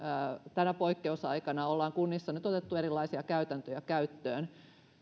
tänä poikkeusaikana ollaan kunnissa nyt otettu erilaisia käytäntöjä käyttöön